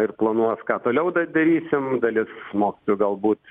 ir planuos ką toliau da darysim dalis mokytojų galbūt